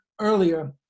earlier